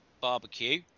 barbecue